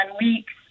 weeks